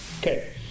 okay